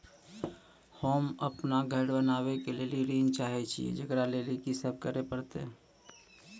होम अपन घर बनाबै के लेल ऋण चाहे छिये, जेकरा लेल कि सब करें परतै?